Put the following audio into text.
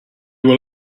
will